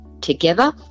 together